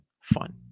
fun